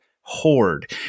hoard